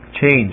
change